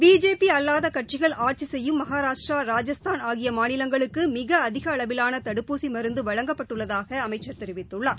பிஜேபிஅல்லாதகட்சிகள் ஆட்சிசெய்யும் மகாராஷ்டிரா ராஜஸ்தான் ஆகியமாநிலங்களுக்குமிகஅதிகஅளவிவானதடுப்பூசிமருந்துவழங்கப்பட்டுள்ளதாகஅமைச்சர் தெரிவித்ததுள்ளார்